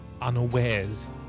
unawares